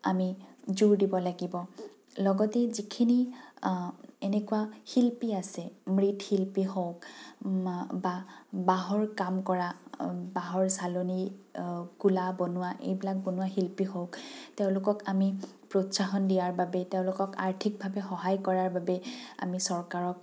আমি জোৰ দিব লাগিব লগতে যিখিনি এনেকুৱা শিল্পী আছে মৃৎশিল্পী হওক বা বাঁহৰ কাম কৰা বাঁহৰ চালনী কুলা বনোৱা এইবিলাক বনোৱা শিল্পী হওক তেওঁলোকক আমি প্ৰউৎসন দিয়াৰ বাবে তেওঁলোকক আৰ্থিকভাৱে সহায় কৰাৰ বাবেই তেওঁলোকক আৰ্থিকভাৱে সহায় কৰাৰ বাবে আমি চৰকাৰক